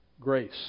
grace